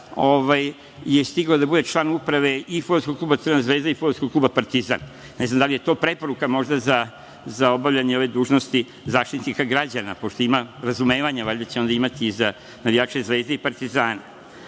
je stigao da bude član uprave i fudbalskog kluba Crvena Zvezda i fudbalskog kluba Partizan. Ne znam da li je to preporuka, možda za obavljanje ove dužnosti Zaštitnika građana, pošto ima razumevanja, valjda će onda imati i za navijače Zvezde i Partizana. Šalu